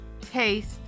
taste